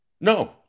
No